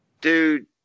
dude